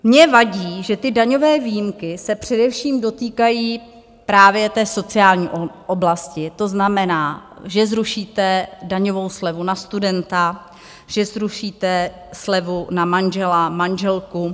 Mně vadí, že ty daňové výjimky se především dotýkají právě té sociální oblasti, to znamená, že zrušíte daňovou slevu na studenta, že zrušíte slevu na manžela, manželku.